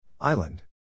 Island